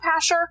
Pasher